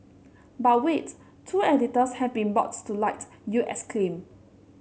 but wait two editors have been brought to light you exclaim